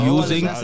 using (